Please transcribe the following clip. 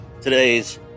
Today's